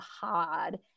hard